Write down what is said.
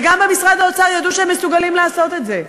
וגם במשרד האוצר ידעו שהם מסוגלים לעשות את זה.